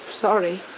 Sorry